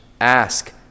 Ask